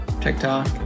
TikTok